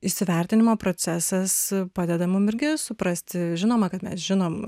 įsivertinimo procesas padeda mum irgi suprasti žinoma kad mes žinom